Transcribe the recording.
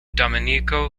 domenico